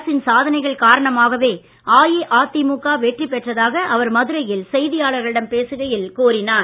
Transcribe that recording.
அரசின் சாதனைகள் காரணமாகவே அஇஅதிமுக வெற்றி பெற்றதாக அவர் மதுரையில் செய்தியாளர்களிடம் பேசுகையில் கூறினார்